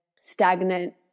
stagnant